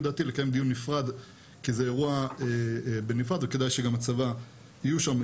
דעתי לקיים דיון נפרד כי זה אירוע בנפרד וכדאי שגם הצבא יהיו שם,